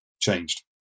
changed